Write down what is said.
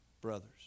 brothers